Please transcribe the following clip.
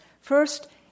First